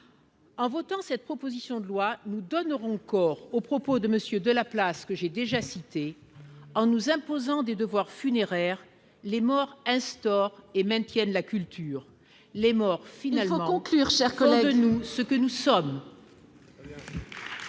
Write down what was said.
En votant cette proposition de loi nous donnerons corps aux propos de Monsieur de la place que j'ai déjà citée en nous imposant des devoirs funéraire les morts instaure et maintiennent la culture les morts finalement conclure, chers collègues, nous ce que nous sommes.